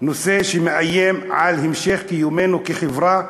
נושא שמאיים על המשך קיומנו כחברה,